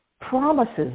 promises